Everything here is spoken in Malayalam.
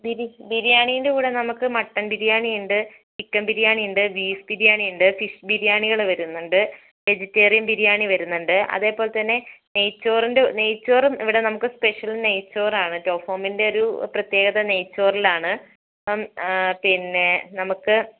ബിരി ബിരിയാണീൻ്റെ കൂടെ നമുക്ക് മട്ടൻ ബിരിയാണിയുണ്ട് ചിക്കൻ ബിരിയാണിയുണ്ട് ബീഫ് ബിരിയാണിയുണ്ട് ഫിഷ് ബിരിയാണികൾ വരുന്നുണ്ട് വെജിറ്റേറിയൻ ബിരിയാണി വരുന്നുണ്ട് അതേപോലെ തന്നെ നെയ് ചോറിൻ്റെ നെയ് ചോറും ഇവിടെ നമുക്ക് സ്പെഷ്യൽ നെയ് ചോറാണ് ടോപ്ഫോമിൻ്റെ ഒരു പ്രത്യേകത നെയ് ചോറിലാണ് അപ്പം പിന്നെ നമുക്ക്